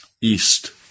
east